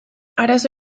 arazo